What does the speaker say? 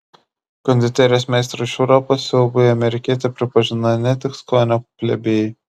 konditerijos meistrų iš europos siaubui amerikietę pripažino ne tik skonio plebėjai